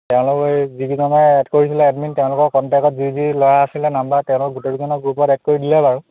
তেওঁলোক এই যিকেইজনে এড কৰিছিলে এডমিন তেওঁলোকৰ কণ্টেক্টত যি যি ল'ৰা আছিলে নাম্বাৰ তেওঁলোক গোটেইকেইজনক গ্ৰুপত এড কৰি দিলে বাৰু